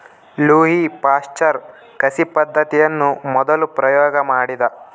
Louis Pasteur ಕಸಿ ಪದ್ದತಿಯನ್ನು ಮೊದಲು ಪ್ರಯೋಗ ಮಾಡಿದ